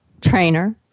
trainer